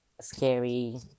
scary